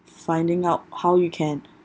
finding out how you can